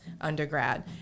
undergrad